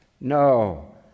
No